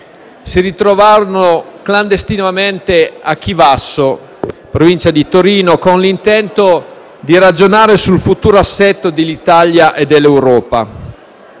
si ritrovarono clandestinamente a Chivasso, in Provincia di Torino, con l'intento di ragionare sul futuro assetto dell'Italia e dell'Europa.